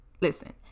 Listen